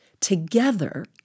together